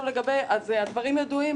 אז הדברים ידועים,